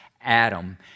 Adam